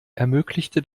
ermöglichte